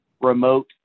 remote